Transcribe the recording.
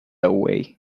away